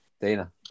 Dana